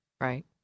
Right